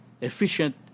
efficient